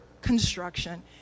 construction